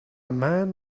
man